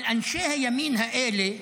אבל אנשי הימין האלה,